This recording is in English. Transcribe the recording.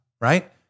right